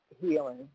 healing